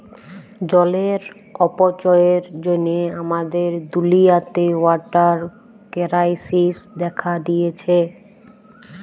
জলের অপচয়ের জ্যনহে আমাদের দুলিয়াতে ওয়াটার কেরাইসিস্ দ্যাখা দিঁয়েছে